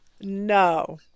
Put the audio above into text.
No